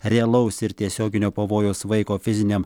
realaus ir tiesioginio pavojaus vaiko fiziniam